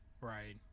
right